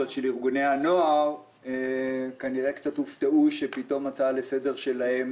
ארגוני הנוער כנראה קצת הופתעו שההצעה לסדר שלהם